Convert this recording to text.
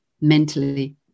mentally